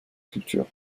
culture